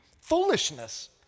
foolishness